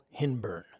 Hinburn